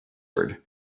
word